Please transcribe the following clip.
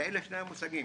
אלה שני המושגים,